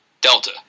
Delta